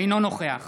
אינו נוכח